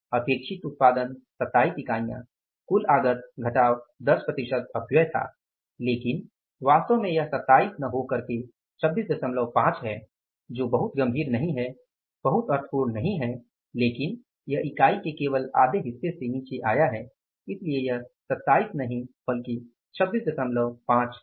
अपेक्षित उत्पादन 27 इकाई कुल आगत घटाव 10 प्रतिशत अपव्यय था लेकिन वास्तव में यह 27 नहीं बल्कि 265 है जो बहुत गंभीर नहीं है बहुत अर्थपूर्ण नहीं है लेकिन यह इकाई के केवल आधे हिस्से से नीचे आया है इसलिए यह 27 नहीं बल्कि 265 है